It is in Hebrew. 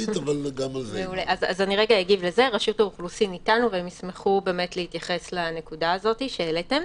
רשות האוכלוסין איתנו והם ישמחו להתייחס לנקודה שהעליתם.